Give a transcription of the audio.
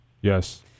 Yes